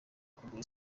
kugura